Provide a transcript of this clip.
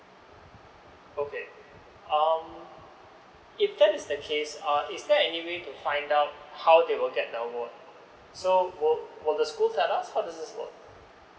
okay um if that's the case uh is there anyway to find out um how they will get the award so will the school tell us or